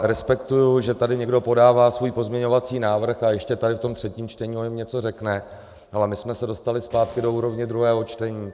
Respektuji, že tady někdo podává svůj pozměňovací návrh a ještě tady v tom třetím čtení o něm něco řekne, ale my jsme se dostali zpátky do úrovně druhého čtení.